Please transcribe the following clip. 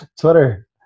Twitter